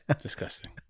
Disgusting